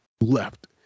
left